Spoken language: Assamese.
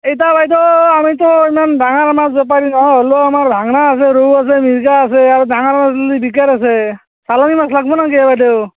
এতিয়া বাইদেউ আমিতো ইমান ডাঙৰ মাছ বেপাৰী নহয় হ'লেও আমাৰ ভাঙাৰা আছে ৰৌ আছে মিৰিকা আছে আৰু ডাঙৰ ল'লি বিকেট আছে চালানি মাছ লাগবো নেকি অঁ বাইদেউ